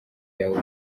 yawe